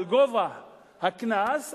על גובה הקנס,